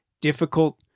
difficult